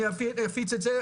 אני אפיץ את זה,